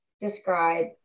describe